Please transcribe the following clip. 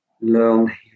learn